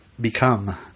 Become